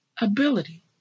ability